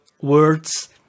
words